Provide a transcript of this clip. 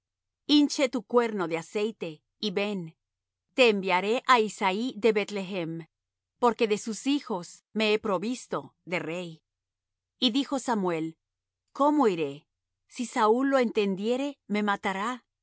hinche tu cuerno de aceite y ven te enviaré á isaí de beth-lehem porque de sus hijos me he provisto de rey y dijo samuel cómo iré si saúl lo entendiere me matará